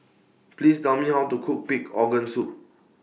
Please Tell Me How to Cook Pig'S Organ Soup